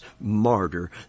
martyr